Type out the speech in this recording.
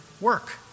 work